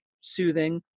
soothing